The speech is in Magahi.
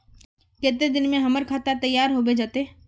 केते दिन में हमर खाता तैयार होबे जते?